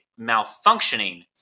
malfunctioning